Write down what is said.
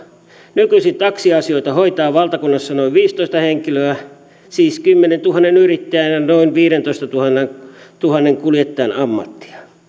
nykyisin taksiasioita hoitaa valtakunnassa noin viisitoista henkilöä siis kymmenentuhannen yrittäjän ja noin viidentoistatuhannen kuljettajan ammattia